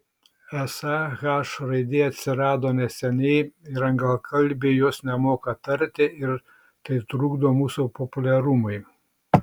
esą h raidė atsirado neseniai ir anglakalbiai jos nemoka tarti ir tai trukdo mūsų populiarumui